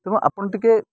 ତେଣୁ ଆପଣ ଟିକେ